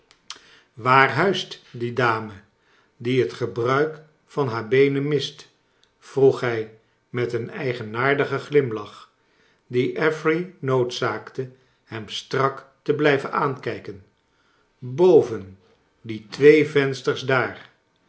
waar huist die dame die het gebruik van haar beenen mist vroeg hij met een eigenaardigen glimlach die affery noodzaakte hem strak te blijven aankijken boven die twee vensters daar